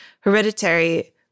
Hereditary